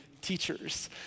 teachers